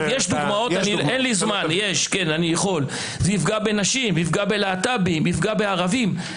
זה יפגע בנשים, זה יפגע בלהט"בים, יפגע בערבים.